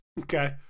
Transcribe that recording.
okay